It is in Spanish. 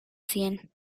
cien